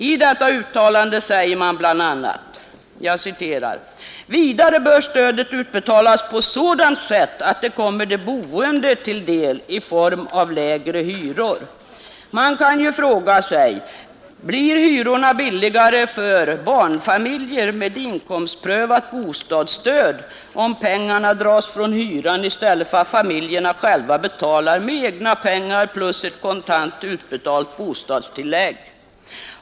I detta uttalande säger man bl.a.: ”Vidare bör stödet utbetalas på sådant sätt att det kommer de boende till del i form av lägre hyror.” Man kan ju fråga sig: Blir hyrorna billigare för barnfamiljer med inkomstprövat bostadsstöd, om pengarna dras från hyran i stället för att familjerna själva betalar med egna pengar plus ett kontant utbetalt bostadstillägg?